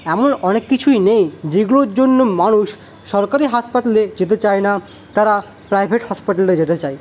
এমন অনেক কিছুই নেই যেগুলোর জন্য মানুষ সরকারি হাসপাতালে যেতে চায় না তারা প্রাইভেট হসপিটালে যেতে চায়